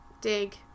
dig